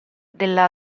della